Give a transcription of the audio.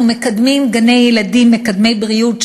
אנחנו מקדמים גני-ילדים מקדמי בריאות,